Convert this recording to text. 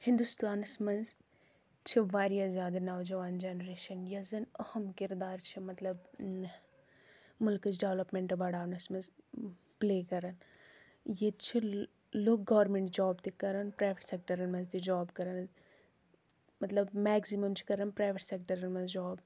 ہندوستانس منز چھُ واریاہ زیاد نَوجَوان جَنریشن یۄس زَن اَہم کِردار چھ مطلب مُلقٕچ ڈؠولپمیٚنٹ بَڈاونَس منز پلے کَران ییٚتہِ چھ لُکھ گورمِنٹ جاب تہِ کَران پرایویٹ سؠکٹَرَن منز تہِ جاب کَران مطلب مؠکزِمَم چھ کَران پرایویٹ سؠکٹَرَن منز جاب